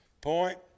Point